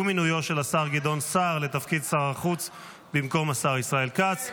ועל מינויו של השר גדעון סער לתפקיד שר החוץ במקום השר ישראל כץ.